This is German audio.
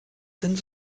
sind